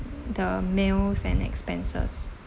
the meals and expenses